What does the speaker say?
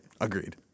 Agreed